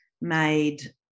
made